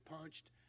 punched